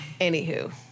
Anywho